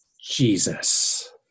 Jesus